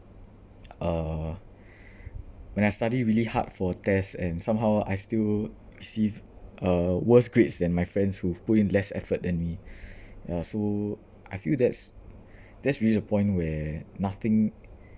uh when I study really hard for a test and somehow I still receive uh worse grades than my friends who've put in less effort than me ya so I feel that's that really the point where nothing